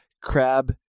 Crab